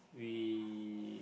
we